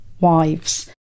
wives